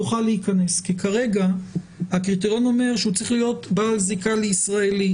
יוכל להיכנס כי כרגע הקריטריון אומר שהוא צריך להיות בעל זיקה לישראלי,